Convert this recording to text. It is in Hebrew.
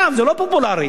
זה לא פופולרי,